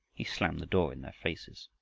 he slammed the door in their faces.